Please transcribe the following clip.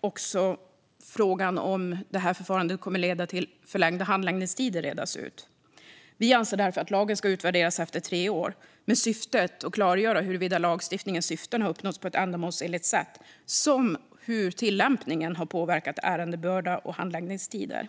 också frågan om huruvida förfarandet leder till förlängda handläggningstider besvaras. Centerpartiet anser därför att lagen ska utvärderas efter tre år i syfte att klargöra huruvida lagstiftningens syfte uppnåtts på ett ändamålsenligt sätt och hur tillämpningen påverkat ärendebörda och handläggningstider.